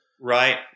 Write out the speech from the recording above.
Right